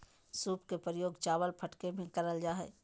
सूप के प्रयोग चावल फटके में करल जा हइ